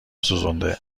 سوزونده